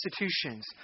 institutions